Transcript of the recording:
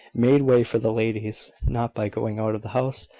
made way for the ladies, not by going out of the house,